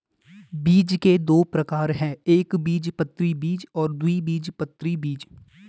बीज के दो प्रकार है एकबीजपत्री बीज और द्विबीजपत्री बीज